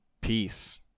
Peace